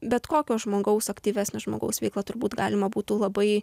bet kokio žmogaus aktyvesnio žmogaus veiklą turbūt galima būtų labai